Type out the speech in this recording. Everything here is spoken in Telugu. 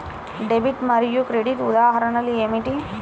డెబిట్ మరియు క్రెడిట్ ఉదాహరణలు ఏమిటీ?